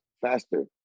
faster